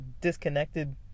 disconnected